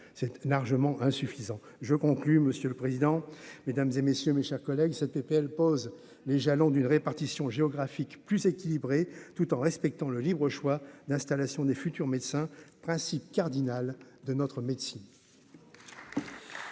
c'est largement insuffisant, je conclus, monsieur le président, Mesdames et messieurs, mes chers collègues, cette PPL pose les jalons d'une répartition géographique plus équilibrée tout en respectant le libre choix d'installation des futurs médecins principe cardinal de notre médecine.